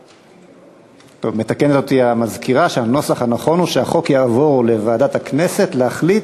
גבוהה) עברה ותועבר לוועדת החוקה, חוק ומשפט להכנה